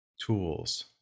tools